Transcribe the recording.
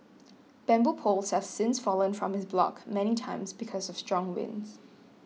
bamboo poles have since fallen from his block many times because of strong winds